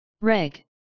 Reg